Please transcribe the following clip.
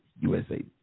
USA